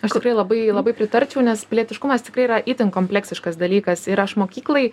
aš tikrai labai labai pritarčiau nes pilietiškumas tikrai yra itin kompleksiškas dalykas ir aš mokyklai